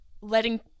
letting